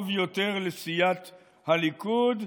טוב יותר לסיעת הליכוד.